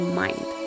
mind